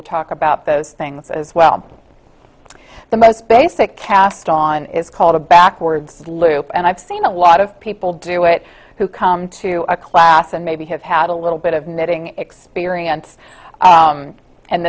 talk about those things as well the most basic cast on is called a backwards loop and i've seen a lot of people do it who come to a class and maybe have had a little bit of missing experience